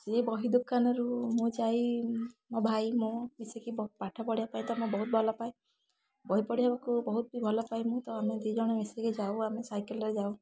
ସିଏ ବହି ଦୋକାନରୁ ମୁଁ ଯାଇ ମୋ ଭାଇ ମୁଁ ମିଶିକି ପାଠ ପଢ଼ିବା ପାଇଁ ତ ମୁଁ ବହୁତ ଭଲ ପାଏ ବହି ପଢ଼ିବାକୁ ବହୁତ ଭଲ ପାଏ ମୁଁ ତ ଆମେ ଦୁଇଜଣ ମିଶିକି ଯାଉ ଆମେ ସାଇକେଲରେ ଯାଉ